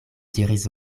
diris